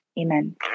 Amen